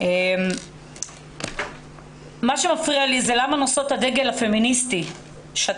מה שמפריע לי זה למה נושאות הדגל הפמיניסטי שתקו,